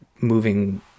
moving